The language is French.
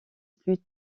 plus